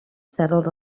settled